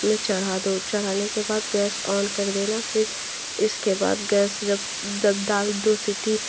में चढ़ा दो चढ़ाने के बाद गैस ऑन कर देना फ़िर इसके बाद गैस जब जब दाल दो सि टी